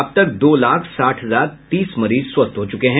अब तक दो लाख साठ हजार तीस मरीज स्वस्थ हो चुके हैं